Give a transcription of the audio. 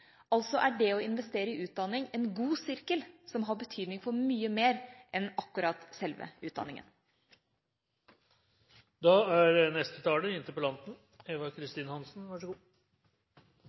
altså er det å investere i utdanning en god sirkel som har betydning for mye mer enn akkurat selve utdanningen. Først må jeg si at dette har vært en veldig god